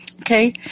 Okay